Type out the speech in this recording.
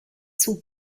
son